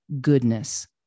goodness